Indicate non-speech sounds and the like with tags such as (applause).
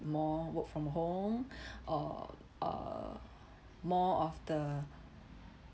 more work from home (breath) or uh more of the